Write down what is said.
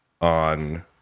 on